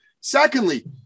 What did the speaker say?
Secondly